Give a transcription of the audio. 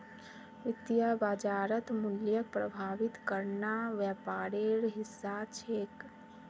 वित्तीय बाजारत मूल्यक प्रभावित करना व्यापारेर हिस्सा छिके